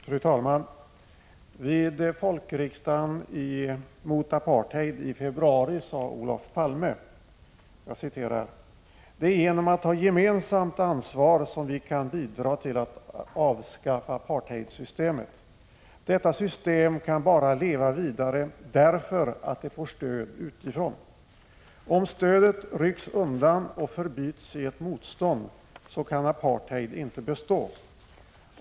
Fru talman! Vid folkriksdagen mot apartheid i februari sade Olof Palme: ”Det är genom att ta gemensamt ansvar som vi kan bidra till att avskaffa apartheidsystemet. Detta system kan bara leva vidare därför att det får stöd utifrån. Om stödet rycks undan och förbyts i ett motstånd, kan apartheid inte bestå.